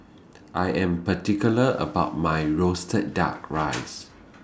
I Am particular about My Roasted Duck Rice